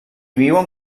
viuen